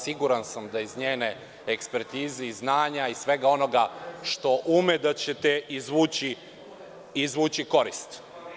Siguran sam da iz njene ekspertize, znanja i svega onoga što ume, da će te izvući koristi.